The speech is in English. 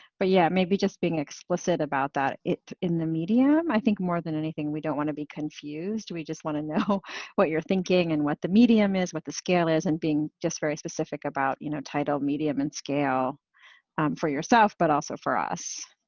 but yeah maybe just being explicit about that in the media. i think more than anything, we don't wanna be confused. we just wanna know what you're thinking and what the medium is, what the scale is and being just very specific about you know title medium and scale for yourself but also for us.